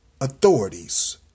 authorities